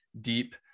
deep